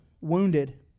wounded